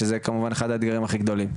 שזה כמובן אחד הדיונים הכי גדולים.